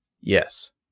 Yes